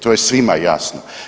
To je svima jasno.